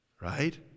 Right